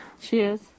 Cheers